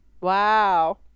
Wow